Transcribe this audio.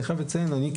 אני חייב לציין שאני,